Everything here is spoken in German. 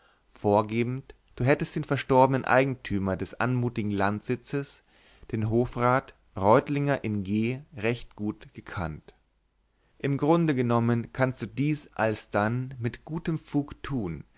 vorgebend du hättest den verstorbenen eigentümer des anmutigen landsitzes den hofrat reutlinger in g recht gut gekannt im grunde genommen kannst du dies alsdann mit gutem fug tun